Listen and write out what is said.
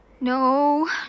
No